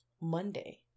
monday